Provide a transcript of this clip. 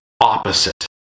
opposite